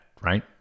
right